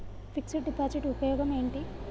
Fix డ్ deposit ఉపయోగం ఏంటి?